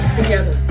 together